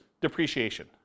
depreciation